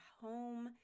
home